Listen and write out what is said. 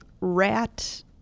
Rat